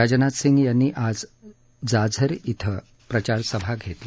राजनाथ सिंग यांनी आज जाझर श्विं प्रचार सभा घेतली